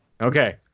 Okay